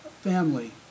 Family